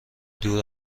دور